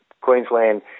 Queensland